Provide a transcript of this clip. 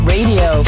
Radio